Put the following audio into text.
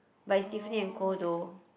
but it's Tiffany and Co though